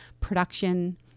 production